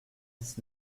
dix